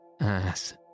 Ass